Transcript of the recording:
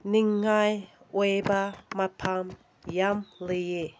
ꯅꯤꯡꯉꯥꯏ ꯑꯣꯏꯕ ꯃꯐꯝ ꯌꯥꯝ ꯂꯩꯌꯦ